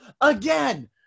again